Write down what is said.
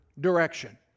direction